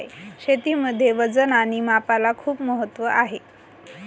शेतीमध्ये वजन आणि मापाला खूप महत्त्व आहे